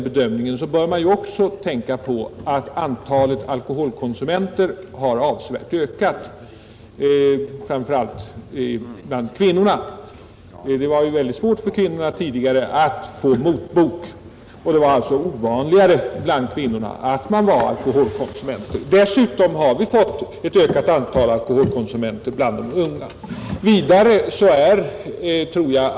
Men då bör man ju också tänka på att antalet alkoholkonsumenter samtidigt har ökat framför allt bland kvinnorna. Det var tidigare svårt för kvinnor att få motbok, och det var följaktligen ovanligare att kvinnor var alkoholkonsumenter. Dessutom har antalet alkoholkonsumenter bland de unga ökat.